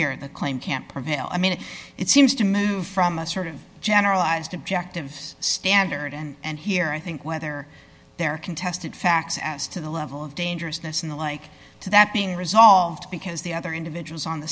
here in the claim can't prevail i mean it seems to move from a sort of generalized objective standard and here i think whether they're contested facts as to the level of dangerousness and the like to that being resolved because the other individuals on the